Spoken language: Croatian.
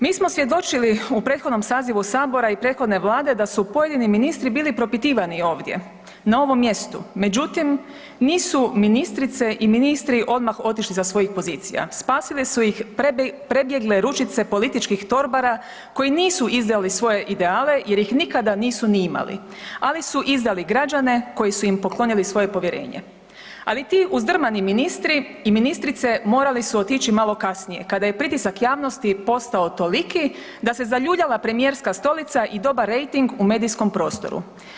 Mi smo svjedočili u prethodnom sazivu sabora i prethodne vlade da su pojedini ministri bili propitivani ovdje na ovom mjestu, međutim nisu ministrice i ministri odmah otišli sa svojih pozicija, spasile su ih prebjegle ručice političkih torbara koji nisu izdali svoje ideale jer ih nikada nisu ni imali, ali su izdali građane koji su im poklonili svoje povjerenje, ali ti uzdrmani ministri i ministrice morali su otići malo kasnije kada je pritisak javnosti postao toliki da se zaljuljala premijerska stolica i dobar rejting u medijskom prostoru.